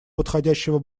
подходящего